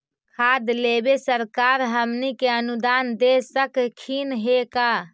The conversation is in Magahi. खाद लेबे सरकार हमनी के अनुदान दे सकखिन हे का?